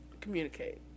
Communicate